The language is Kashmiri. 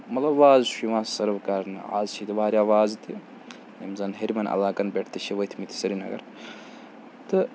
مطلب وازٕ چھُ یِوان سٔرٕو کَرنہٕ آز چھِ ییٚتہِ واریاہ وازٕ تہِ یِم زَن ہیٚرِمٮ۪ن علاقَن پٮ۪ٹھ تہِ چھِ ؤتھۍ مٕتۍ سرینَگَر تہٕ